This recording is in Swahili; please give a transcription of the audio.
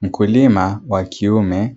Mkulima wa kiume